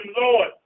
Lord